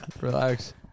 Relax